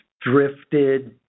drifted